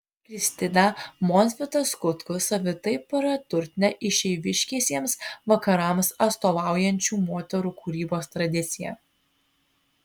kristina montvidas kutkus savitai praturtina išeiviškiesiems vakarams atstovaujančių moterų kūrybos tradiciją